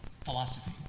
philosophy